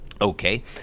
Okay